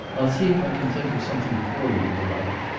i'll see if i can think of something for you, delight.